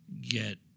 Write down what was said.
get